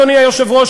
אדוני היושב-ראש,